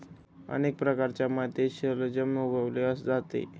अनेक प्रकारच्या मातीत शलजम उगवले जाते